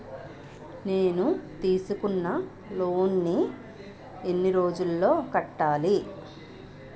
నేను తీసుకున్న లోన్ నీ ఎన్ని రోజుల్లో కట్టాలి?